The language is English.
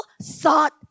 sought